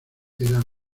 era